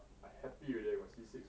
I happy already I got C six